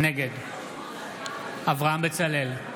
נגד אברהם בצלאל,